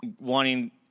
wanting